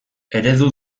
eredu